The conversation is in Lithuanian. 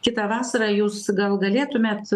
kitą vasarą jūs gal galėtumėt